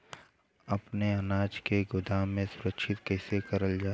अपने अनाज के गोदाम क सुरक्षा कइसे करल जा?